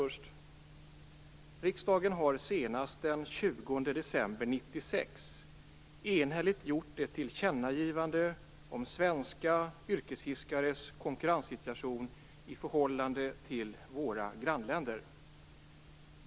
Riksdagen har senast den 20 december 1996 enhälligt gjort ett tillkännagivande om svenska yrkesfiskares konkurrenssituation i förhållande till våra grannländer.